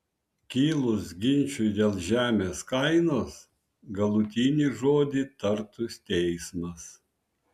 kilus ginčui dėl žemės kainos galutinį žodį tartų teismas